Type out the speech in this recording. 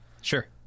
Sure